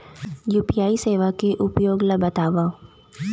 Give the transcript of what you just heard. UPI सेवा के उपयोग ल बतावव?